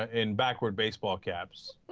ah in backward baseball caps